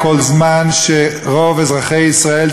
כל זמן שרוב אזרחי ישראל,